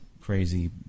crazy